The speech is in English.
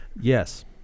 Yes